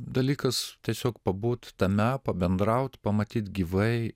dalykas tiesiog pabūt tame pabendraut pamatyt gyvai